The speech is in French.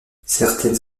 certaines